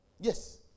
Yes